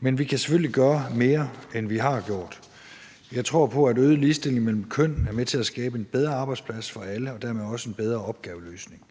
Men vi kan selvfølgelig gøre mere, end vi har gjort. Jeg tror på, at øget ligestilling mellem køn er med til at skabe en bedre arbejdsplads for alle og dermed også en bedre opgaveløsning.